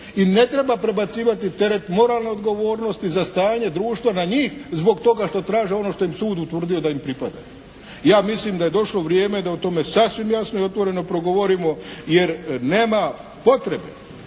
i ne treba prebacivati teret moralne odgovornosti za stanje društva na njih zbog toga što traže ono što im je sud utvrdio da im pripada. Ja mislim da je došlo vrijeme da o tome sasvim jasno i otvoreno progovorimo jer nema potrebe